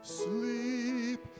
sleep